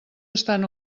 estan